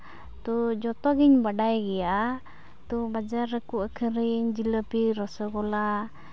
ᱛᱚ ᱡᱚᱛᱚ ᱜᱤᱧ ᱵᱟᱰᱟᱭ ᱜᱮᱭᱟ ᱛᱚ ᱵᱟᱡᱟᱨ ᱨᱮᱠᱚ ᱟᱹᱠᱷᱨᱤᱧ ᱡᱷᱤᱞᱟᱹᱯᱤ ᱨᱚᱥᱚᱜᱚᱞᱞᱟ